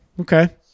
okay